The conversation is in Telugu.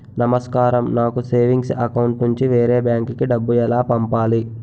నమస్కారం నాకు సేవింగ్స్ అకౌంట్ నుంచి వేరే బ్యాంక్ కి డబ్బు ఎలా పంపాలి?